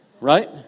Right